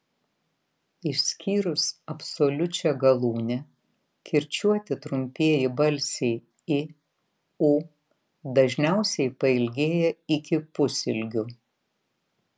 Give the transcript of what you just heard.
išskyrus absoliučią galūnę kirčiuoti trumpieji balsiai i u dažniausiai pailgėja iki pusilgių